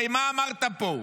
הרי מה אמרת פה?